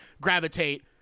gravitate